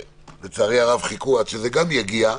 שלצערי הרב חיכו עד שזה יגיע,